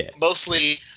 Mostly